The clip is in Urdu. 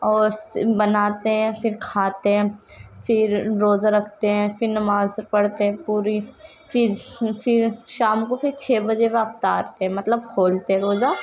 اور بناتے ہیں پھر کھاتے ہیں پھر روزہ رکھتے ہیں پھر نماز پڑھتے ہیں پوری پھر پھر شام کو پھر چھ بجے وہ افطار پہ مطلب کھولتے ہیں روزہ